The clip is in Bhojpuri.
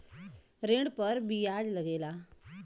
ऋण पर बियाज लगेला